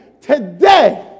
today